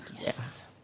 Yes